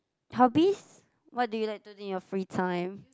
hobbies what do you like to do in your free time